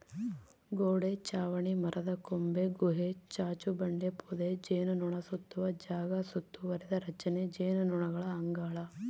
ಗೋಡೆ ಚಾವಣಿ ಮರದಕೊಂಬೆ ಗುಹೆ ಚಾಚುಬಂಡೆ ಪೊದೆ ಜೇನುನೊಣಸುತ್ತುವ ಜಾಗ ಸುತ್ತುವರಿದ ರಚನೆ ಜೇನುನೊಣಗಳ ಅಂಗಳ